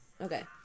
Okay